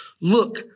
Look